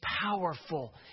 powerful